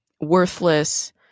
worthless